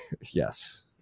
Yes